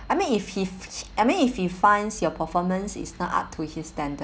I mean if if I mean if he finds your performance is not up to his standard